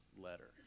letter